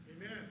Amen